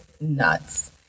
nuts